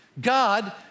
God